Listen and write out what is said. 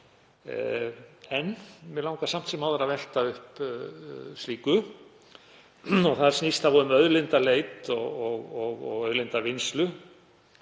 En mig langar samt sem áður að velta upp slíku. Það snýst þá um auðlindaleit og auðlindavinnslu